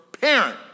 parent